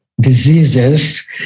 diseases